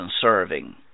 serving